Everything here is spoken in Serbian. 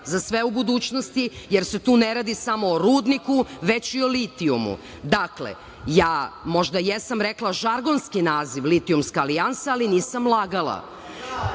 za sve u budućnosti, jer se tu ne radi samo o rudniku, već i o litijumu. Dakle, ja možda jesam rekla žargonski naziv litijumska alijansa, ali nisam lagala.